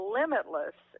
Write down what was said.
limitless